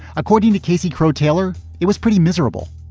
according to casey crowe taylor. it was pretty miserable